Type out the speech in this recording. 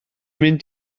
mynd